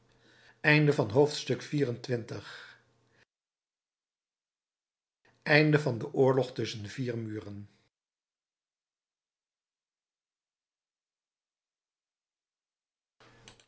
de oorlog tusschen vier muren